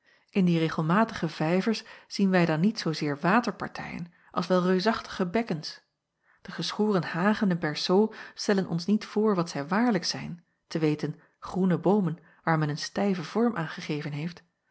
in die regelmatige vijvers zien wij dan niet zoozeer waterpartijen als wel reusachtige bekkens de geschoren hagen en berceaux stellen ons niet voor wat zij waarlijk zijn te weten groene boomen waar men een stijven vorm aan gegeven heeft